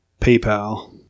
PayPal